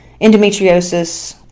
endometriosis